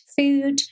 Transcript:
food